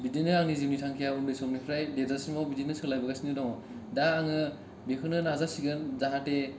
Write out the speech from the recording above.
बिदिनो आंनि जिउनि थांखिआ उन्दै निफ्राइ देरजा सिमाव बिदिनो सोलायबोगासिनो दं दा आङो बेखौनो नाजासिगोन जाहाते